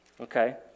Okay